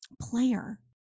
player